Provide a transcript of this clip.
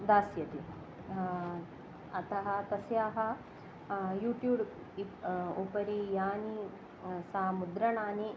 दास्यति अतः तस्याः यूट्यूब् इ उपरि यानि सा मुद्रणानि